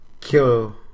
kill